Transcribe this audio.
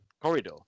corridor